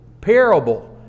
parable